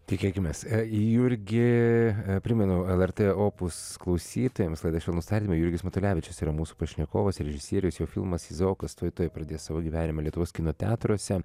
tikėkimės jurgi primenu lrt opus klausytojams laida švelnūs tardymai jurgis matulevičius yra mūsų pašnekovas režisierius jo filmas izaokas tuoj tuoj pradės savo gyvenimą lietuvos kino teatruose